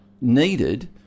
needed